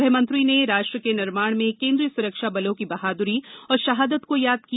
गृहमंत्री ने राष्ट्र के निर्माण में केंद्रीय सुरक्षा बलों की बहादुरी और शहादत को याद किया